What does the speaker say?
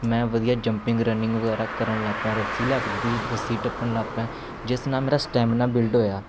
ਮੈਂ ਵਧੀਆ jumping running ਵਗੈਰਾ ਕਰਨ ਲੱਗ ਪਿਆ ਰੱਸੀ ਲਿਆ ਕੇ ਦਿੱਤੀ ਰੱਸੀ ਟੱਪਣ ਲੱਗ ਪਿਆ ਜਿਸ ਨਾਲ ਮੇਰਾ ਸਟੈਮੀਨਾ ਬਿਲਡ ਹੋਇਆ